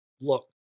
Look